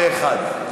פה-אחד.